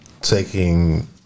taking